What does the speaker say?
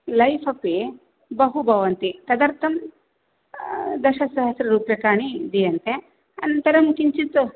life अपि बहु भवन्ति तदर्थं दशसहस्ररुप्यकाणि दीयन्ते अनन्तरं किञ्चित्